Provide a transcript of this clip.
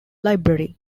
library